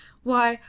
why,